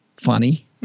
funny